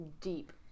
deep